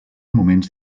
moments